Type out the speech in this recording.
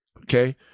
okay